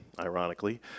ironically